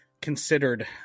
considered